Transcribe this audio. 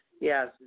Yes